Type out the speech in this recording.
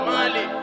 Mali